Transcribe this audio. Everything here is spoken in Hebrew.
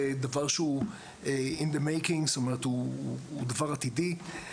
זה דבר שהוא דבר עתידי.